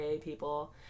people